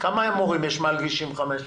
כמה מורים מעל גיל 65?